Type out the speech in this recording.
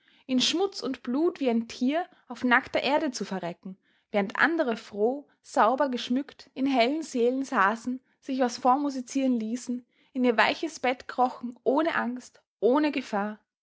in schmutz und blut wie ein tier auf nackter erde zu verrecken während andere froh sauber geschmückt in hellen sälen saßen sich was vormusizieren ließen in ihr weiches bett krochen ohne angst ohne gefahr